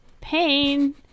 pain